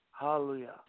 Hallelujah